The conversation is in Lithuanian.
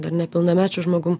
dar nepilnamečiu žmogum